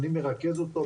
אני מרכז אותו,